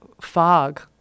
fog